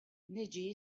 niġi